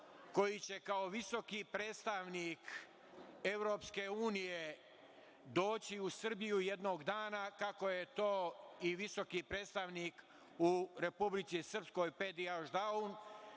koji će kao visoki predstavnik EU doći u Srbiju jednog dana, kako je to i visoki predstavnik u Republici Srpskoj, Pedi Ešdaun,